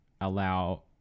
allow